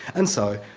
and so,